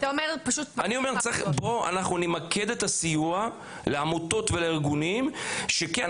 בואו נמקד את הסיוע לעמותות ולארגונים שכן